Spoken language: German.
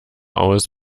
aus